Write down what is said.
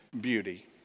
beauty